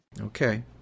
Okay